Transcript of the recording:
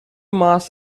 mass